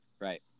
Right